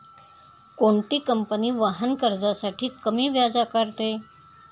कोणती कंपनी वाहन कर्जासाठी कमी व्याज आकारते?